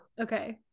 Okay